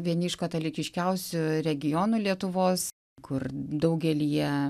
vieni iš katalikiškiausių regionų lietuvos kur daugelyje